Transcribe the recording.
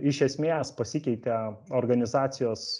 iš esmės pasikeitė organizacijos